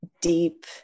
deep